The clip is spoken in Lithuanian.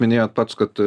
minėjot pats kad